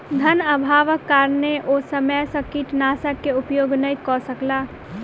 धनअभावक कारणेँ ओ समय सॅ कीटनाशक के उपयोग नै कअ सकला